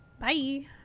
Bye